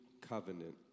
covenant